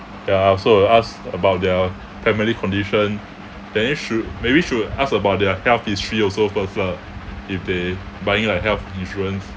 ya I also will ask about their family condition then you should maybe should ask about their health history also first lah if they buying like health insurance